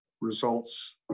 results